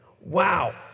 Wow